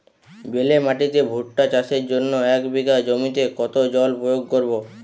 বেলে মাটিতে ভুট্টা চাষের জন্য এক বিঘা জমিতে কতো জল প্রয়োগ করব?